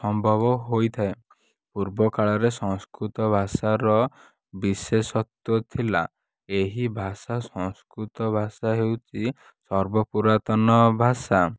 ସମ୍ଭବ ହୋଇଥାଏ ପୂର୍ବକାଳରେ ସଂସ୍କୃତ ଭାଷାର ବିଶେଷତ୍ୱ ଥିଲା ଏହି ଭାଷା ସଂସ୍କୃତ ଭାଷା ହେଉଛି ସର୍ବ ପୂରାତନ ଭାଷା